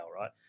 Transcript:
right